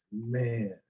Man